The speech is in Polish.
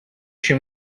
się